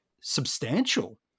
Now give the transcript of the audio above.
substantial